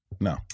No